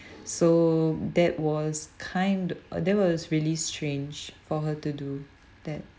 so that was kind there was really strange for her to do that